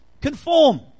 conform